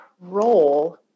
role